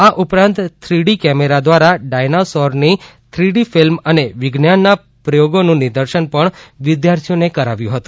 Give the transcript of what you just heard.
એ ઉપરાંત three D camera દ્વારા dinosaur ની થ્રીડી ફિલ્મ અને વિજ્ઞાન ના પ્રયોગોનું નિદર્શનપણ વિધ્યાર્થીઓ ને કરાવ્યુ હતુ